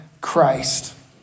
Christ